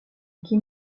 guy